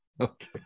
okay